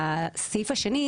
הסעיף השני,